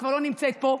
שכבר לא נמצאת פה,